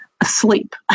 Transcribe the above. asleep